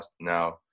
now